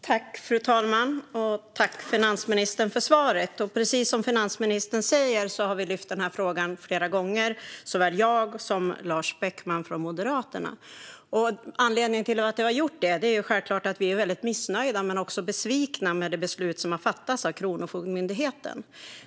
Fru talman! Tack, finansministern, för svaret! Precis som finansministern säger har vi lyft fram den här frågan flera gånger, såväl jag som Lars Beckman från Moderaterna. Anledningen till att vi har gjort det är självklart att vi är väldigt missnöjda med men också besvikna över det beslut som har fattat av Kronofogdemyndigheten.